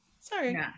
sorry